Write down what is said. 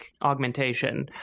augmentation